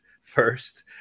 first